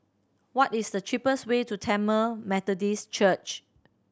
what is the cheapest way to Tamil Methodist Church